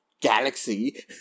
galaxy